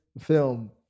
film